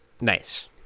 nice